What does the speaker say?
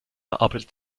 arbeitet